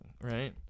right